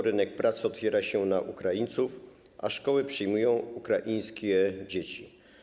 Rynek pracy otwiera się na Ukraińców, a szkoły przyjmują ukraińskie dzieci.